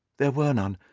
there were none.